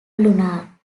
lunar